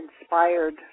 inspired